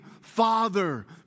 Father